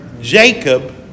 Jacob